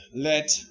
Let